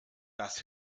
das